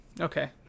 Okay